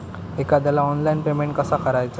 एखाद्याला online payment कसा करायचा?